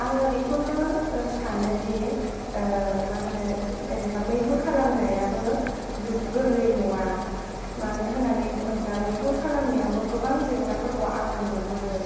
आङो बेखौनो सानोदि मा होनो जेनैबा मैहुर खालामनायाबो गो गोरलै नङा मानो होन्नानै बुङोब्ला मैहुर खालामनायावबो गोबां जेंनाफोरखौ आङो नुहरो